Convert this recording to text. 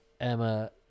Emma